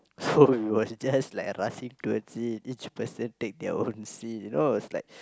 so we were just like rushing towards it each person take their own seat you know it was like